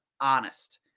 honest